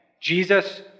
Jesus